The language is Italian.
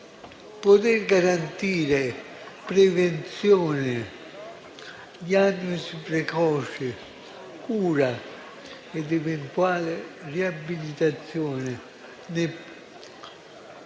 poter garantire prevenzione, diagnosi precoce, cura ed eventuale riabilitazione,